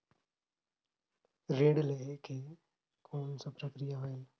ऋण लहे के कौन का प्रक्रिया होयल?